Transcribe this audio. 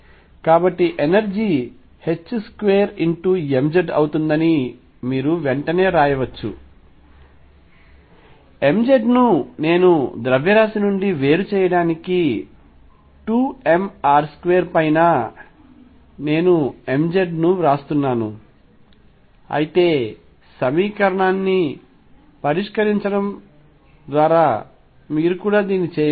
కాబట్టి energy 2mz అవుతుందని మీరు వెంటనే వ్రాయవచ్చు mz ను నేను ద్రవ్యరాశి నుండి వేరు చేయడానికి 2 m R2 పైన నేను mz వ్రాస్తున్నాను అయితే సమీకరణాన్ని పరిష్కరించడం ద్వారా మీరు కూడా దీన్ని చేయవచ్చు